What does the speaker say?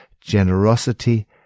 generosity